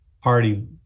party